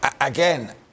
Again